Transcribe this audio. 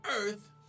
earth